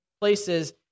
places